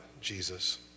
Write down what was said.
Jesus